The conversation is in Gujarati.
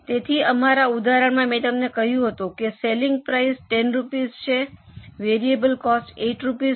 તેથી અમારા ઉદાહરણમાં મેં તમને કહ્યું હતું કે સેલલિંગ પ્રાઇસ 10 રૂપિયા છે વેરીએબલ કોસ્ટ 8 રૂપિયા છે